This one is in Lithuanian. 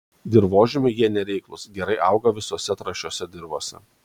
dirvožemiui jie nereiklūs gerai auga visose trąšiose dirvose